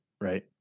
Right